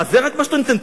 רק זה מה שאתה נותן?